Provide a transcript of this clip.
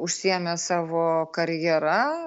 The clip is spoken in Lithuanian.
užsiėmę savo karjera